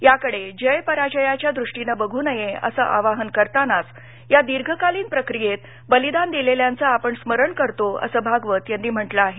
याकडे जय पराजयाच्या दृष्टीनं बघू नये अस आवाहन करतानाच या दीर्घकालीन प्रक्रियेत बलिदान दिलेल्याचं आपण स्मरण करतो असं भागवत यांनी म्हटलं आहे